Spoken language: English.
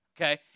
okay